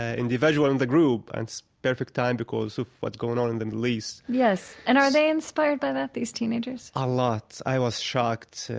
ah individual in the group, and it's a perfect time because of what's going on in the middle east yes, and are they inspired by that, these teenagers? a lot. i was shocked,